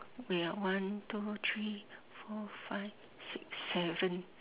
wait ah one two three four five six seven